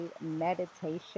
meditation